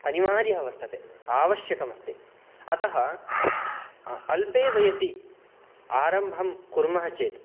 अनिवार्यः वर्तते आवश्यकम् अस्ति अतः अल्पे वयसि आरम्भं कुर्मः चेत्